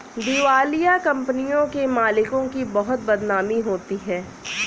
दिवालिया कंपनियों के मालिकों की बहुत बदनामी होती है